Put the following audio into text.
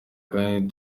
kandi